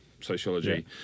sociology